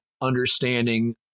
understanding